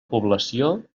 població